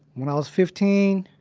when i was fifteen,